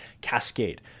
cascade